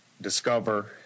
discover